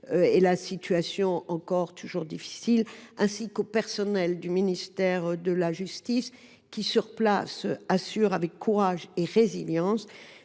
dont la situation est encore difficile, ainsi qu’aux personnels du ministère de la justice qui, sur place, assurent avec courage et résilience